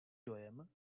dojem